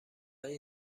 این